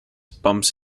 bumps